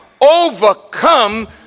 overcome